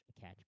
catch